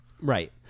Right